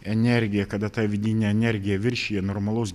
energija kada ta vidinė energija viršija normalaus